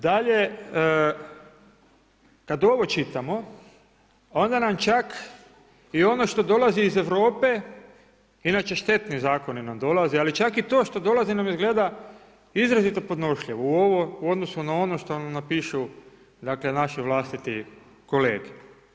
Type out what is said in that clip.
Dalje, kada ovo čitamo onda nam čak i ono što dolazi iz Europe, inače štetni zakoni nam dolaze, ali čak i to što nam dolazi izgleda izrazito podnošljivo u odnosu na ono što nam napišu naši vlastiti kolege.